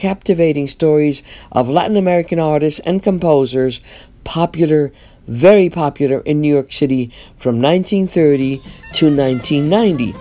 captivating stories of latin american artists and composers popular very popular in new york city from nineteen thirty to ninety ninety